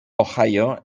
ohio